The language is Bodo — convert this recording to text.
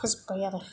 फोजोबबाय